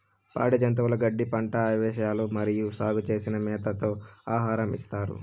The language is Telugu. పాడి జంతువులకు గడ్డి, పంట అవశేషాలు మరియు సాగు చేసిన మేతతో ఆహారం ఇస్తారు